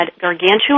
gargantuan